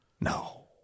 No